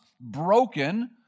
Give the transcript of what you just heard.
broken